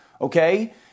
Okay